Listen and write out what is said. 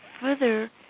further